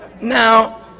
Now